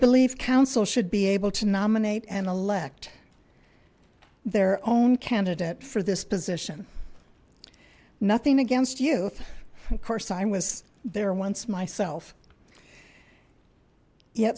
believe council should be able to nominate and elect their own candidate for this position nothing against you of course i was there once myself ye